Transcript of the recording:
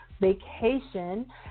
vacation